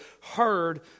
heard